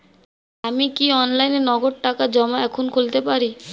আমি কি অনলাইনে নগদ টাকা জমা এখন খুলতে পারি?